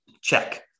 Check